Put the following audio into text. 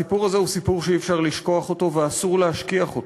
הסיפור הזה הוא סיפור שאי-אפשר לשכוח אותו ואסור להשכיח אותו.